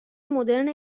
مدرن